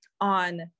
on